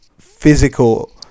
physical